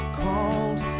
called